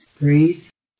breathe